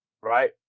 Right